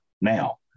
Now